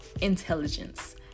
intelligence